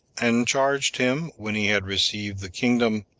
and charged him, when he had received the kingdom,